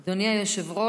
אדוני היושב-ראש,